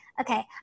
okay